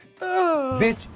Bitch